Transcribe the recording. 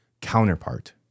counterpart